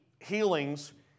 healings